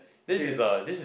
dreams